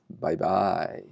bye-bye